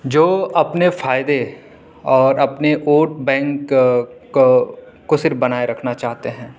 جو اپنے فائدے اوراپنے ووٹ بینک کو صرف بنائے رکھنا چاہتے ہیں